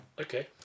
Okay